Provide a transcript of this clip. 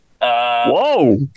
Whoa